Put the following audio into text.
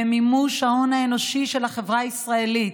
למימוש ההון האנושי של החברה הישראלית.